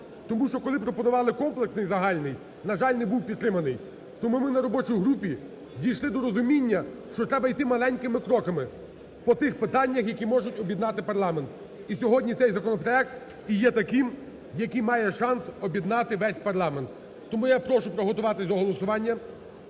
тому що, коли пропонували комплексний загальний, на жаль, не був підтриманий. Тому ми на робочій групі дійшли до розуміння, що треба йти маленькими кроками по тих питаннях, які можуть об'єднати парламент. І сьогодні цей законопроект і є таким, який має шанс об'єднати весь парламент. Тому я прошу приготуватись до голосування